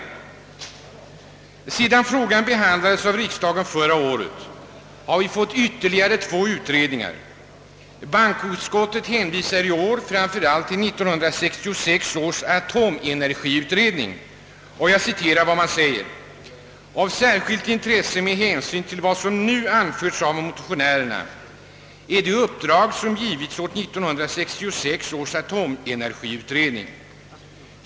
Sedan frågan behandlades av riksdagen förra året har vi fått ytterligare två utredningar. Bankoutskottet hänvisar i år framför allt till 1966 års atomenergiutredning. Denna anför: »Av särskilt intresse med hänsyn till vad som nu anförts av motionärerna är det uppdrag som givits åt 1966 års atomenergiutredning.